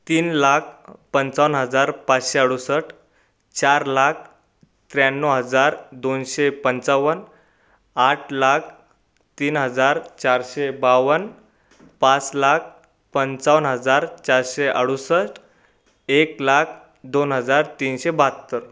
तीन लाख पंचावन्न हजार पाचशे अडुसष्ट चार लाख त्र्याण्णव हजार दोनशे पंचावन्न आठ लाख तीन हजार चारशे बावन्न पाच लाख पंचावन्न हजार चारशे अडुसष्ट एक लाख दोन हजार तीनशे बहात्तर